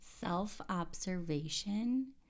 Self-observation